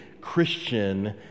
Christian